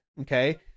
Okay